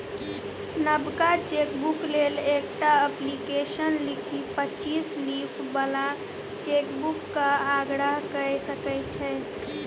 नबका चेकबुक लेल एकटा अप्लीकेशन लिखि पच्चीस लीफ बला चेकबुकक आग्रह कए सकै छी